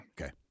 Okay